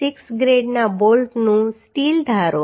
6 ગ્રેડના બોલ્ટનું સ્ટીલ ધારો